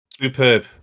Superb